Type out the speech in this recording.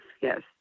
yes